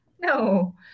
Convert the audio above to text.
No